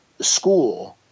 school